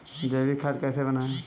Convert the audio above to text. जैविक खाद कैसे बनाएँ?